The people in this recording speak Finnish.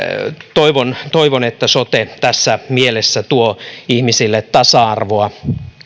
toivon toivon että sote tässä mielessä tuo ihmisille tasa arvoa